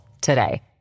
today